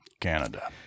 Canada